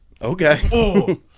Okay